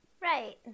right